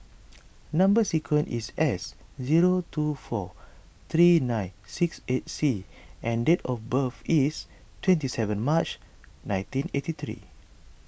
Number Sequence is S zero two four three nine six eight C and date of birth is twenty seven March nineteen eighty three